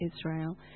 Israel